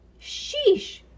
Sheesh